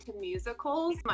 musicals